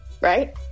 right